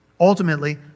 ultimately